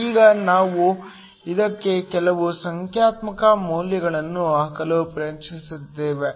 ಈಗ ನಾವು ಇದಕ್ಕೆ ಕೆಲವು ಸಂಖ್ಯಾತ್ಮಕ ಮೌಲ್ಯಗಳನ್ನು ಹಾಕಲು ಪ್ರಯತ್ನಿಸಿದ್ದೇವೆ